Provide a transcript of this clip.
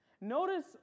Notice